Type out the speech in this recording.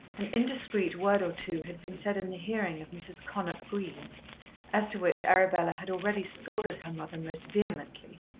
an indiscreet word or two had been said in the hearing of mrs. connop green as to which arabella had already scolded her mother most vehemently,